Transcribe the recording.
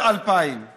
אוקטובר 2000,